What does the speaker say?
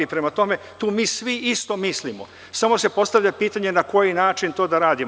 Prema tome, tu mi svi isto mislimo, smo se postavlja pitanje na koji način to da radimo?